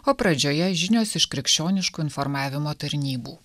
o pradžioje žinios iš krikščioniškų informavimo tarnybų